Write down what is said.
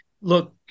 look